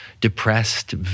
depressed